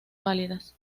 pálidas